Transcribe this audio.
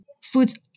foods